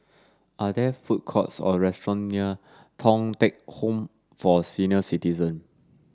are there food courts or restaurant near Thong Teck Home for Senior Citizen